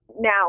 Now